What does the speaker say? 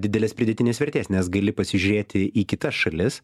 didelės pridėtinės vertės nes gali pasižiūrėti į kitas šalis